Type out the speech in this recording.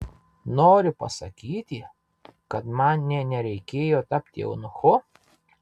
nori pasakyti kad man nė nereikėjo tapti eunuchu